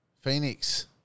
Phoenix